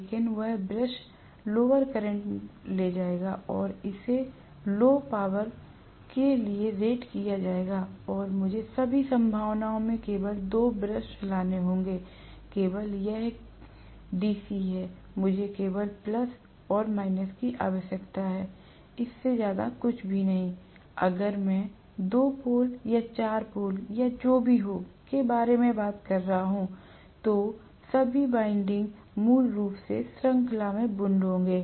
लेकिन वह brush lower current ले जाएगा और इसे लो पावर के लिए रेट किया जाएगा और मुझे सभी संभावनाओं में केवल 2 ब्रश लाने होंगे क्योंकि यह केवल डीसी है मुझे केवल प्लस और माइनस की आवश्यकता होगी इससे ज्यादा कुछ नहीं अगर मैं 2 पोल या 4 पोल या जो भी हो के बारे में बात कर रहा हूं तो सभी विंडिंग्स मूल रूप से श्रृंखला में वुन्ड होंगे